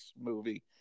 movie